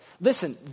Listen